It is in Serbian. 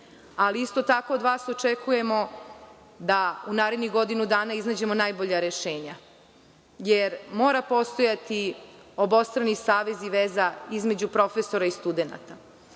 se. Isto tako, od vas očekujemo da u narednih godinu dana iznađete najbolja rešenja. Mora postojati obostrani savez i veza između profesora i studenata. Ne